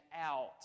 out